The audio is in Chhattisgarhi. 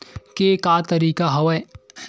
के का तरीका हवय?